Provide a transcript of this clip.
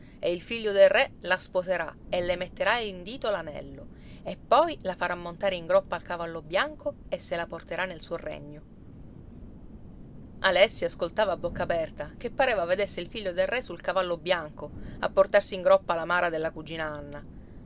e il figlio del re la sposerà e le metterà in dito l'anello e poi la farà montare in groppa al cavallo bianco e se la porterà nel suo regno alessi ascoltava a bocca aperta che pareva vedesse il figlio del re sul cavallo bianco a portarsi in groppa la mara della cugina anna